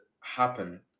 happen